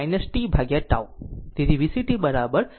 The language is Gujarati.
તેથી VCt VC ∞ એ 0 છે